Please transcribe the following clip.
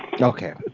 Okay